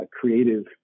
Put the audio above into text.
creative